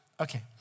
Okay